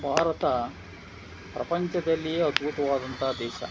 ಭಾರತ ಪ್ರಪಂಚದಲ್ಲಿಯೇ ಅದ್ಭುತವಾದಂಥ ದೇಶ